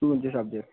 कुन कुन चाहिँ सब्जी